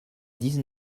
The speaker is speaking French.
dix